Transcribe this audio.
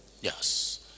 yes